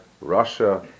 Russia